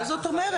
מה זאת אומרת?